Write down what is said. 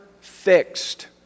fixed